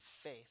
faith